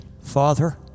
Father